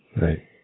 Right